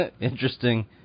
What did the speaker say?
interesting